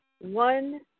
one